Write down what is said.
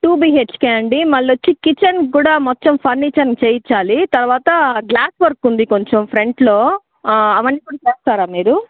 to BHK అండి మళ్ళీ వచ్చి కిచెన్కి కూడా కొంచెం ఫర్నీచర్ చేయించాలి తరువాత గ్లాస్ వర్కు కొంచెం ఫ్రంట్లో అవన్నీ కూడా చేస్తారా మీరు